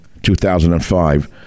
2005